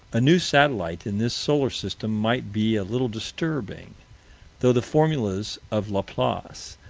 a new satellite in this solar system might be a little disturbing though the formulas of laplace,